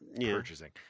purchasing